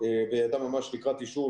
והיא הייתה ממש לקראת אישור.